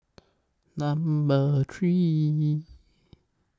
Number three